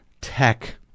tech